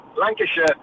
Lancashire